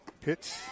Pitch